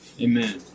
Amen